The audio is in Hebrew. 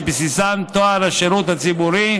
שבסיסן טוהר השירות הציבורי,